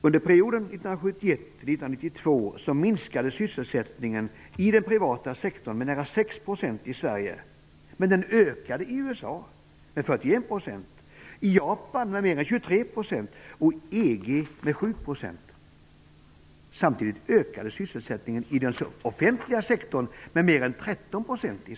Under perioden 1971--1992 minskade sysselsättningen i den privata sektorn med nära 6 % Samtidigt ökade sysselsättningen i den offentliga sektorn i Sverige med mer än 13 %.